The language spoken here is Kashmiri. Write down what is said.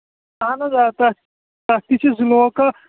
اَہن حظ آ تَتھ تَتھ تہِ چھِ زٕ لوکَل